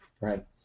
right